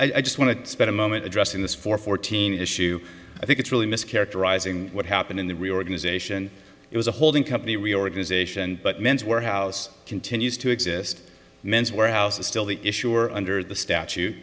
to i just want to spend a moment addressing this for fourteen issue i think it's really mischaracterizing what happened in the reorganization it was a holding company reorganization but men's wearhouse continues to exist men's wearhouse is still the issue or under the statu